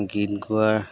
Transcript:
গীত গোৱাৰ